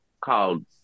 called